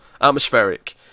Atmospheric